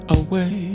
away